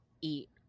eat